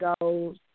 goes